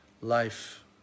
life